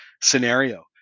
scenario